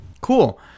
cool